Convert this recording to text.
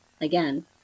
again